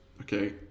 okay